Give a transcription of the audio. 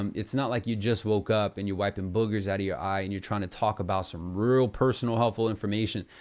um it's not like you just woke up, and you wipe them boogers out of your eye, and you're trying to talk about some real personal, helpful information.